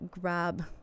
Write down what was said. grab